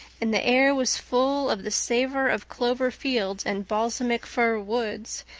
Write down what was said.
and the air was full of the savor of clover fields and balsamic fir woods,